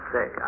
Say